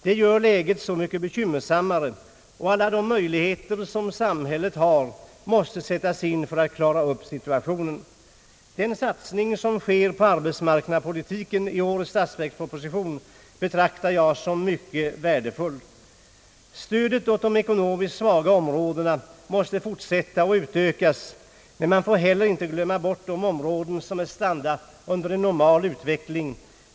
Det gör läget så mycket bekymmersammare, och alla möjligheter som samhället har måste sättas in för att klara upp situationen. Den satsning som görs på arbetsmarknadspolitiken i årets statsverksproposition betraktar jag som mycket värdefull. Stödet åt de ekonomiskt svaga områdena måste fortsätta och utökas. Men man får inte heller glömma bort de områden som är stadda i normal utveckling.